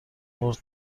خورد